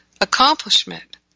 accomplishment